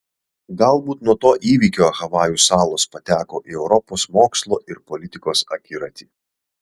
galbūt nuo to įvykio havajų salos pateko į europos mokslo ir politikos akiratį